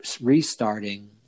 restarting